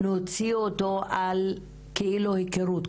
נוציא אותו על כאילו הכרות,